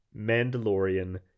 Mandalorian